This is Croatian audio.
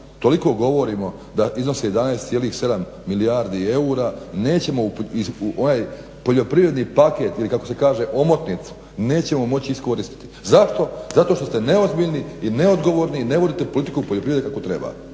toliko govorimo da iznose 11, 7 milijardi eura, nećemo u onaj poljoprivredni paket ili kako se kaže omotnicu, nećemo moći iskoristiti. Zašto, zato što ste neozbiljni i neodgovorni i ne vodite politiku poljoprivrede kako treba,